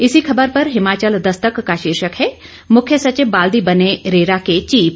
इसी ख़बर पर हिमाचल दस्तक का शीर्षक है मुख्य सचिव बाल्दी बने रेरा के चीफ